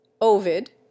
Ovid